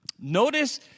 notice